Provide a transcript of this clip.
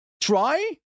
try